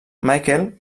michael